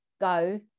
go